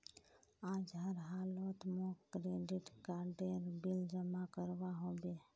आज हर हालौत मौक क्रेडिट कार्डेर बिल जमा करवा होबे